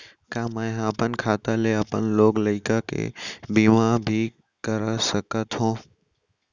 का मैं ह अपन खाता ले अपन लोग लइका के भी बीमा कर सकत हो